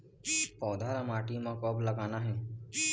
पौधा ला माटी म कब लगाना हे?